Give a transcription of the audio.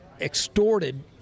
extorted